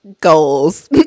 goals